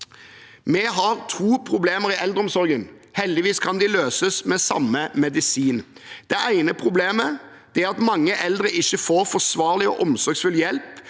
Vi har to problemer i eldreomsorgen. Heldigvis kan de løses med samme medisin. Det ene problemet er at mange eldre ikke får forsvarlig og omsorgsfull hjelp